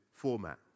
format